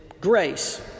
grace